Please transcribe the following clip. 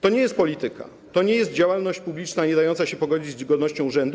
To nie jest polityka, to nie jest działalność publiczna niedająca się pogodzić z godnością urzędu.